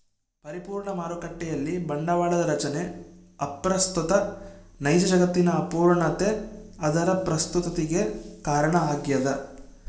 ಪರಿಪೂರ್ಣ ಮಾರುಕಟ್ಟೆಯಲ್ಲಿ ಬಂಡವಾಳದ ರಚನೆ ಅಪ್ರಸ್ತುತ ನೈಜ ಜಗತ್ತಿನ ಅಪೂರ್ಣತೆ ಅದರ ಪ್ರಸ್ತುತತಿಗೆ ಕಾರಣ ಆಗ್ಯದ